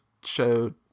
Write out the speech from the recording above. showed